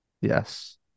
Yes